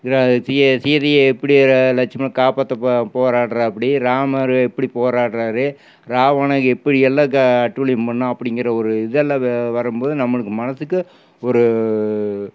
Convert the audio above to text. சீதையை சீதையை எப்படி லக்ஷ்மணன் காப்பாற்ற போராடுகிறாப்டி இராமர் எப்படி போராடுகிறாரு இராவணன் எப்படியெல்லாம் அட்டூழியம் பண்ணான் அப்படிங்கிற ஒரு இதெல்லாம் வரும் போது நம்மளுக்கு மனதுக்கு ஒரு